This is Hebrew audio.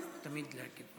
אתה רשאי תמיד להגיב,